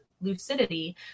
lucidity